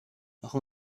اخه